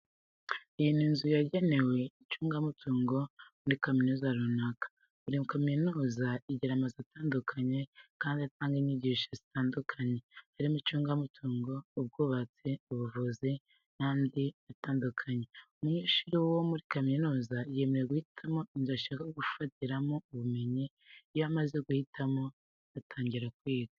Iyi ni inzu yagenewe icungamutungo muri kaminuza runaka, buri kaminuza igira amazu atandukanye kandi atanga inyigisho zitandukanye harimo icungamutungo, ubwubatsi, ubuvuzi n'andi atandukanye. Umunyeshuri wo muri kaminuza yemewe guhitamo inzu ashaka gufatiramo ubumenyi, iyo amaze guhitamo atangira kwiga.